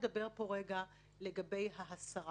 לגבי ההסרה